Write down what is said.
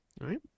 right